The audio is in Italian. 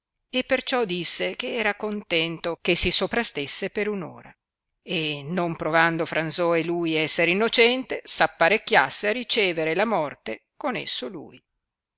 e perciò disse che era contento che si soprastesse per un ora e non provando fransoe lui esser innocente s apparecchiasse a ricevere la morte con esso lui